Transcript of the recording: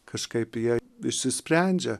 kažkaip jie išsisprendžia